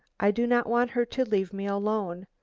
i do not want her to leave me alone.